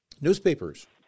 newspapers